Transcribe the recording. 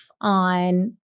On